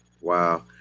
Wow